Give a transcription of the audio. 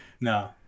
No